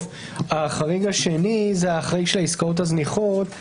החריג השני, זה החריג של העסקאות הזניחות.